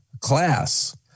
class